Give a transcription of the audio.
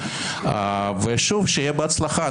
שוב, שיהיה בהצלחה.